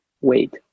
wait